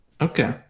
Okay